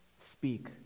speak